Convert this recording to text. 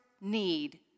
need